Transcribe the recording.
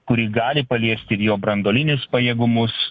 kuri gali paliest ir jo branduolinius pajėgumus